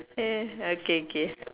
hmm okay k